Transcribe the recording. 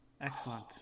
Excellent